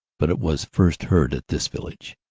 but it was first heard at this village.